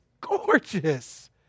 gorgeous